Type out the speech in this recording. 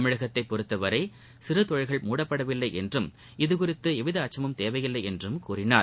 தமிழகத்தை பொறுத்தவரை சிறு தொழில்கள் மூடப்படவில்லை என்றும் இதுகுறித்து எவ்வித அச்சமும் தேவையில்லை என்றும் கூறினார்